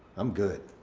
i'm good.